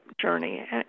journey